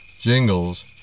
Jingles